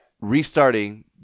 restarting